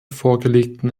vorgelegten